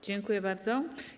Dziękuję bardzo.